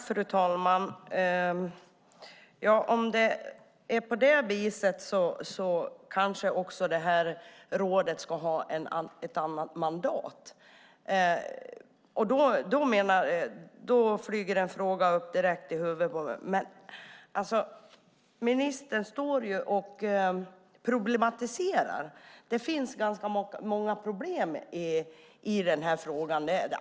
Fru talman! Om det är på det viset ska det här rådet kanske ha ett annat mandat. Då dyker direkt en fråga upp i mitt huvud. Ministern problematiserar här. Förvisso finns det ett antal problem i sammanhanget.